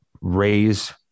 raise